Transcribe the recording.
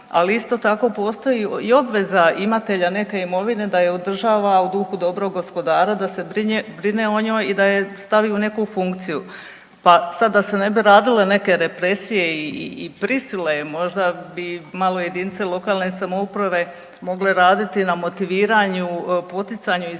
ali isto tako postoji i obveza imatelja neke imovine da ju održava u duhu dobrog gospodara, da se brine o njoj i da ju stavi u neku funkciju. Pa sad da se ne bi radile neke represije i prisile možda bi malo jedinice lokalne samouprave mogle raditi na motiviranju, poticanju i stvaranju